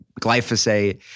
glyphosate